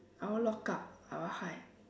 I won't lock up I will hide